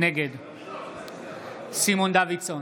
נגד סימון דוידסון,